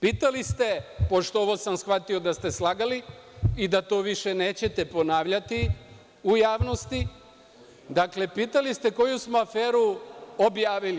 Pitali ste, pošto sam ovo shvatio da ste slagali i da to više nećete ponavljati u javnosti, dakle, pitali ste koju smo aferu objavili?